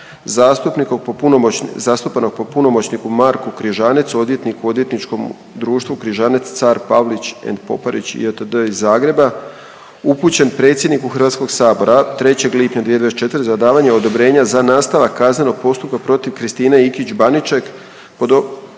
zastupanog po punomoćniku Marku Križanecu, odvjetniku u Odvjetničkom društvu Križanec, Car, Pavlić & Poparić j.t.d. iz Zagreba upućen predsjedniku HS-a 3. lipnja 2024. za davanje odobrenja za nastavak kaznenog postupka protiv Kristine Ikić Baniček pred Općinskim